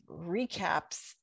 recaps